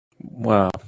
Wow